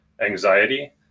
anxiety